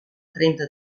trenta